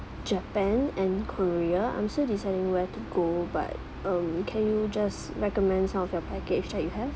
japan and korea I'm still deciding where to go but um can you just recommend some of your package that you have